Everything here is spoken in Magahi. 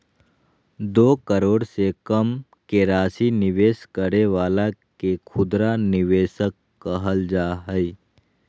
दो करोड़ से कम के राशि निवेश करे वाला के खुदरा निवेशक कहल जा हइ